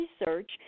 research